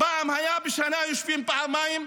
פעם בשנה היו יושבים, פעמיים.